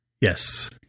Yes